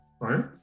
right